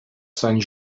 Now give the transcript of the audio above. sant